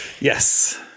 Yes